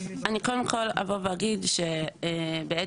אני קודם כל אבוא ואגיד שבעצם,